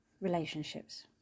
relationships